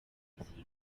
bizikora